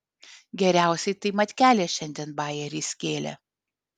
geriausiai tai matkelė šiandien bajerį skėlė